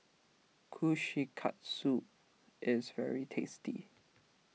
Kushikatsu is very tasty